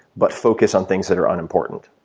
but focus on things that are unimportant.